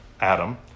Adam